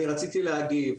אני רציתי להגיד,